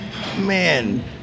man